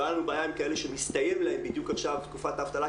והייתה לנו בעיה עם כאלה שמסתיים להם בדיוק עכשיו תקופת האבטלה,